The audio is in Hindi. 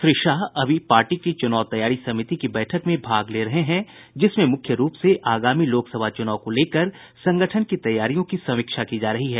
श्री शाह अभी पार्टी की चुनाव तैयारी समिति की बैठक में भाग ले रहे हैं जिसमें मुख्य रूप से आगामी लोकसभा चुनाव को लेकर संगठन की तैयारियों की समीक्षा की जा रही है